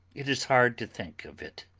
it is hard to think of it,